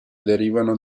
derivano